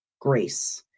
grace